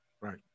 Right